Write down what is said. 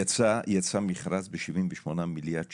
יצא מכרז ב-78 מיליארד שקלים,